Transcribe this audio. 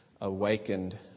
awakened